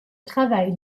travail